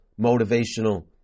motivational